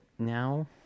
now